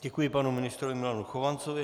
Děkuji panu ministrovi Milanu Chovancovi.